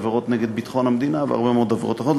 עבירות נגד ביטחון המדינה והרבה מאוד עבירות אחרות.